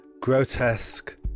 Grotesque